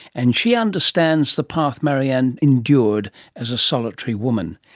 and she understands the path maryam endured as a solitary woman.